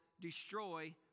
destroy